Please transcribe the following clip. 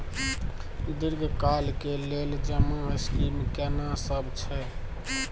दीर्घ काल के लेल जमा स्कीम केना सब छै?